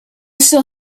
still